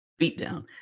beatdown